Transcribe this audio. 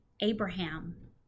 Abraham